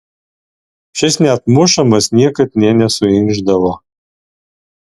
šis net mušamas niekad nė nesuinkšdavo